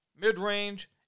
mid-range